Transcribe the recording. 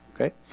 okay